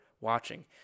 watching